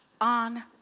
on